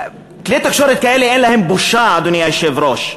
כלי תקשורת כאלה אין להם בושה, אדוני היושב-ראש.